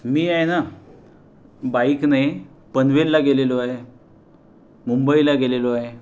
मी आहे ना बाईकने पनवेलला गेलेलो आहे मुंबईला गेलेलो आहे